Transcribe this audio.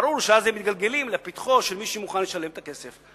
ברור שאז הם מתגלגלים לפתחו של מי שמוכן לשלם את הכסף.